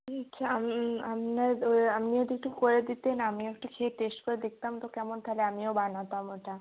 আমি আপনার ওই আপনি যদি একটু করে দিতেন আমিও একটু খেয়ে টেস্ট করে দেখতাম তো কেমন তাহলে আমিও বানাতাম ওটা